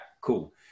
Cool